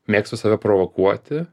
mėgstu save provokuoti